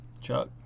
Chuck